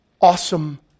awesome